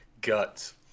Guts